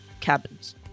cabins